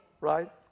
Right